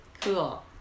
Cool